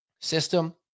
system